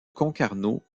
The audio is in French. concarneau